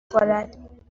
خورد